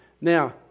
Now